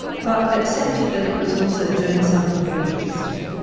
but accepted that it was also doing something very interesting.